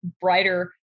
brighter